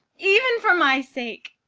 even for my sake!